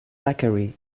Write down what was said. bakery